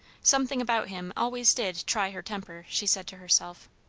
something about him always did try her temper, she said to herself.